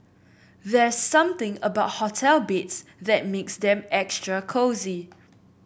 there's something about hotel beds that makes them extra cosy